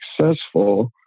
successful